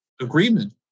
agreement